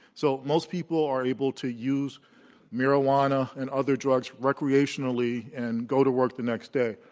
so most people are able to use marijuana and other drugs recreationally and go to work the next day.